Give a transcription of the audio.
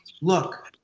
look